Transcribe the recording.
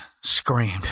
screamed